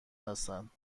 هستند